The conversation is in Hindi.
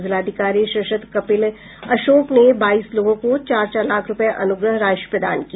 जिलाधिकारी शीर्षत कपिल अशोक ने बाईस लोगों को चार चार लाख रूपये अनुग्रह राशि प्रदान की